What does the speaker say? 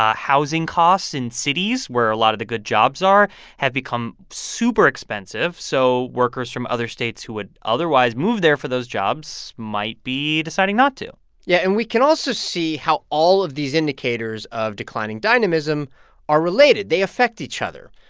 ah housing costs in cities where a lot of the good jobs are have become super expensive, so workers from other states who would otherwise move there for those jobs might be deciding not to yeah, and we can also see how all of these indicators of declining dynamism are related. they affect each other.